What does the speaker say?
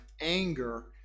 anger